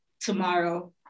tomorrow